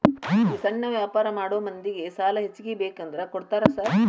ಈ ಸಣ್ಣ ವ್ಯಾಪಾರ ಮಾಡೋ ಮಂದಿಗೆ ಸಾಲ ಹೆಚ್ಚಿಗಿ ಬೇಕಂದ್ರ ಕೊಡ್ತೇರಾ ಸಾರ್?